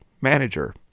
manager